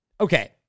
okay